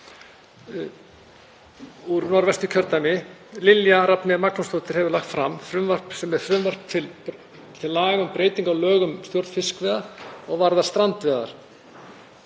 úr Norðvesturkjördæmi, Lilja Rafney Magnúsdóttir, hefur lagt fram, frumvarp til laga um breytingu á lögum um stjórn fiskveiða, og varðar strandveiðar.